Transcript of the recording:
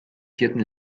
vierten